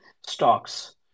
stocks